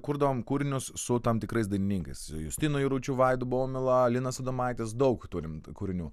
kurdavom kūrinius su tam tikrais dainininkais justinui jaručiu vaidu baumila linas adomaitis daug turim kūrinių